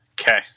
Okay